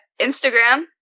Instagram